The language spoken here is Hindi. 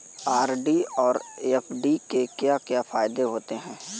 आर.डी और एफ.डी के क्या क्या फायदे होते हैं?